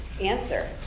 answer